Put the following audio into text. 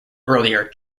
earlier